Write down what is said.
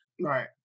Right